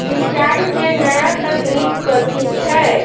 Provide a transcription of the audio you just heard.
सिंचाई केँ नया तकनीक कथी छै?